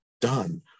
done